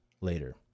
later